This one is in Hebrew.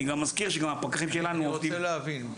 אני רוצה להבין,